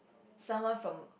someone from